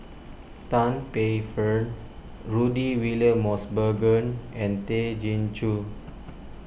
Tan Paey Fern Rudy William Mosbergen and Tay Chin Joo